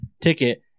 ticket